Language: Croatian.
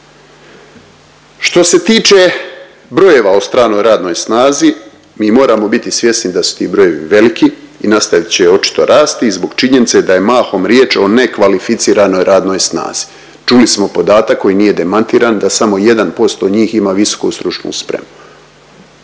Što se tiče brojeva o stranoj radnoj snazi mi moramo biti svjesni da su ti brojevi veliki i nastavit će očito rast i zbog činjenice da je mahom riječ o nekvalificiranoj radnoj snazi, čuli smo podatak koji nije demantiran, da samo 1% njih ima visoku stručnu spremu.